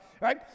right